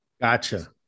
Gotcha